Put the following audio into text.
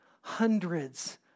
Hundreds